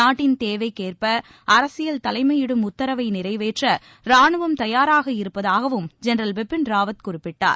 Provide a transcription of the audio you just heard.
நாட்டின் தேவைக்கேற்ப அரசியல் தலைமை இடும் உத்தரவை நிறைவேற்ற ரானுவம் தயாராக இருப்பதாகவும் ஜென்ரல் பிபின் ராவத் குறிப்பிட்டார்